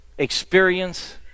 Experience